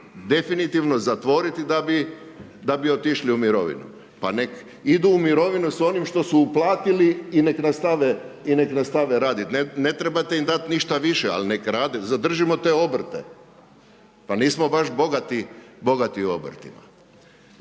definitivno zatvoriti da bi otišli u mirovinu. Pa nek idu u mirovinu s onim što su uplatili i nek nastave raditi, ne trebate im dat ništa više ali nek rade, zadržimo te obrte. Pa nismo baš bogati obrtima.